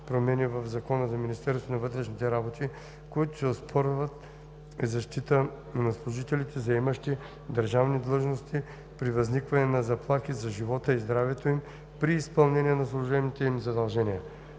промени в Закона за Министерството на вътрешните работи, които се оспорват, е защита на служителите, заемащи държавни длъжности, при възникване на заплаха за живота и здравето им при изпълнение на служебните им задължения.